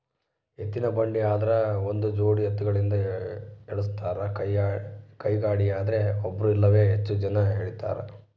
ಎತ್ತಿನಬಂಡಿ ಆದ್ರ ಒಂದುಜೋಡಿ ಎತ್ತುಗಳಿಂದ ಎಳಸ್ತಾರ ಕೈಗಾಡಿಯದ್ರೆ ಒಬ್ರು ಇಲ್ಲವೇ ಹೆಚ್ಚು ಜನ ಎಳೀತಾರ